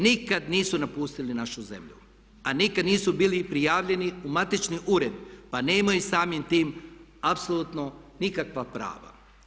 Nikad nisu napustili našu zemlju, a nikad nisu bili prijavljeni u matični ured, pa nemaju samim tim apsolutno nikakva prava.